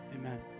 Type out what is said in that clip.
amen